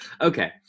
okay